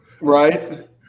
Right